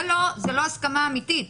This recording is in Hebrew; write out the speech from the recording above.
זה לא הסכמה אמיתית,